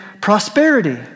prosperity